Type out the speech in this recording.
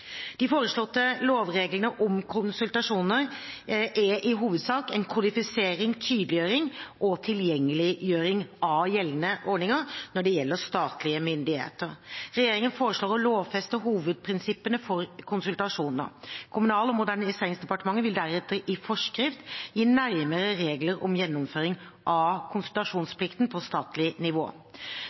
De foreslåtte lovreglene om konsultasjoner er i hovedsak en kodifisering, tydeliggjøring og tilgjengeliggjøring av gjeldende ordninger når det gjelder statlige myndigheter. Regjeringen foreslår å lovfeste hovedprinsippene for konsultasjoner. Kommunal- og moderniseringsdepartementet vil deretter i forskrift gi nærmere regler om gjennomføring av konsultasjonsplikten på statlig nivå.